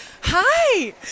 hi